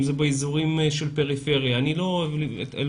אם זה באזורים של פריפריה אני לא אוהב